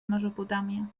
mesopotàmia